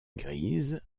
grise